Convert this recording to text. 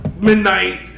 Midnight